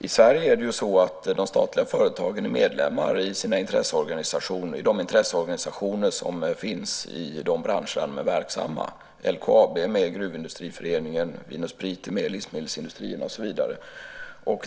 I Sverige är de statliga företagen medlemmar i de intresseorganisationer som finns i de branscher där de är verksamma. LKAB är med i Gruvindustriföreningen, Vin & Sprit är med i Livsmedelsindustrierna och så vidare.